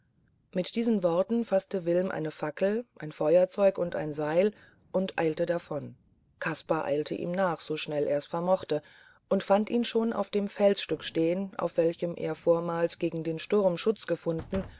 mit diesen worten faßte wilm eine fackel ein feuerzeug und ein seil und eilte davon kaspar eilte ihm nach so schnell er's vermochte und fand ihn schon auf dem felsstück stehen auf welchem er vormals gegen dem sturme schutz gefunden